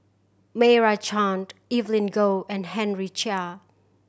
Meira Chand Evelyn Goh and Henry Chia